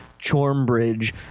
Chormbridge